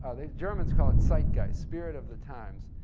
ah the germans called zeitgeist, spirit of the times,